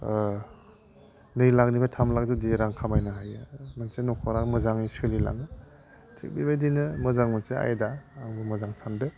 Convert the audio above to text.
नै लाखनिफ्राय थाम लाख जुदि रां खामायनो हायो मोनसे न'खरा मोजाङै सोलिलाङो थिग बेबायदिनो मोजां मोनसे आयदा मोजां सान्दों